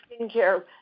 skincare